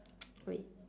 wait